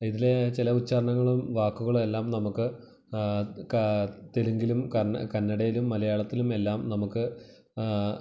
ഇതിലെ ചില ഉച്ചാരണങ്ങളും വാക്കുകളെല്ലാം നമുക്ക് തെലുങ്കിലും കന്നടയിലും മലയാളത്തിലുമെല്ലാം നമുക്ക്